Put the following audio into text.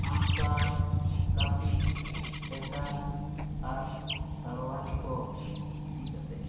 ᱟᱸᱜᱼᱥᱟᱨ ᱠᱟᱹᱯᱤ ᱴᱮᱴᱟ ᱟᱨ ᱛᱟᱲᱣᱭᱟᱨᱤ ᱠᱚ ᱤᱫᱤ ᱠᱟᱛᱮ